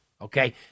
Okay